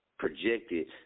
projected